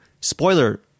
spoiler